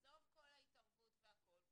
עזוב את כל ההתערבות והכל,